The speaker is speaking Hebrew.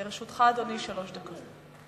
לרשותך, אדוני, שלוש דקות.